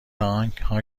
آنها